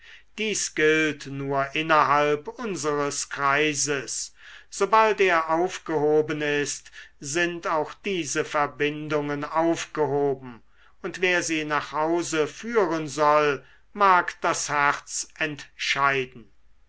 dies gilt nur innerhalb unseres kreises sobald er aufgehoben ist sind auch diese verbindungen aufgehoben und wer sie nach hause führen soll mag das herz entscheiden